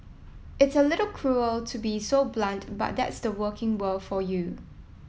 it's a little cruel to be so blunt but that's the working world for you